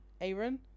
Aaron